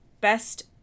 Best